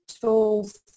tools